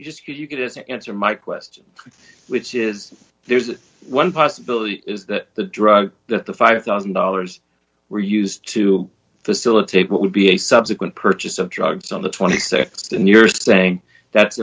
quid just because you couldn't answer my question which is there's one possibility is that the drug that the five thousand dollars were used to facilitate what would be a subsequent purchase of drugs on the th and you're saying that's